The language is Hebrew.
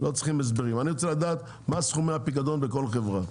אני רוצה לדעת מה סכומי הפיקדון בכל חברה,